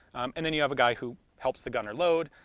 and then you have a guy who helps the gunner load,